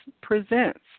presents